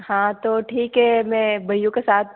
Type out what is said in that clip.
हाँ तो ठीक है मैं भाइयों के साथ